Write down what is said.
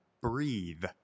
breathe